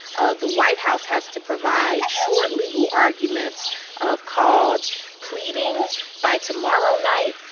ah the white house has to provide short legal arguments ah called pleadings by tomorrow night.